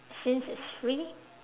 since it's free